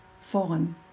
foreign